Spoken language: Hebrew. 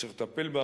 וצריך לטפל בה.